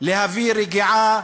להביא רגיעה